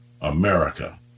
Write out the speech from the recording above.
America